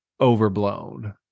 overblown